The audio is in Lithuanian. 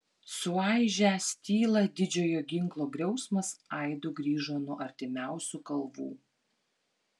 suaižęs tylą didžiojo ginklo griausmas aidu grįžo nuo artimiausių kalvų